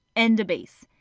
and a base.